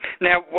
Now